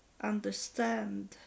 understand